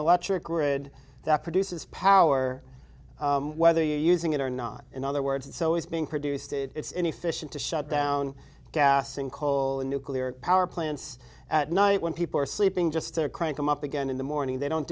electric grid that produces power whether you're using it or not in other words it's always being produced it's any fission to shut down gas and coal in nuclear power plants at night when people are sleeping just there crank them up again in the morning they don't